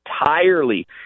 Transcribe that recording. entirely